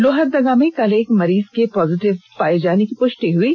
लोहरदगा में कल एक मरीज के पॉजिटिव पाये जाने की पुष्टि हुई थी